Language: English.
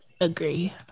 Agree